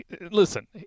Listen